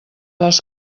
les